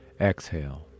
Exhale